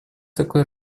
такой